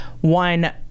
one